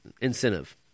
Incentive